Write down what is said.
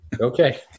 Okay